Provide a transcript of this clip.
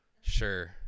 sure